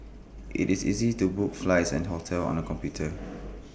IT is easy to book flights and hotels on the computer